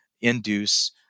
induce